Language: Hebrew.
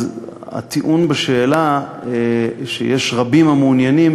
אז הטיעון בשאלה שיש רבים המעוניינים,